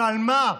ועל מה?